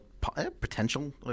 potential